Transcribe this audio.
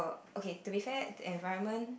okay to be fair the environment